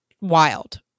wild